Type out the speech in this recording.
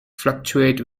fluctuate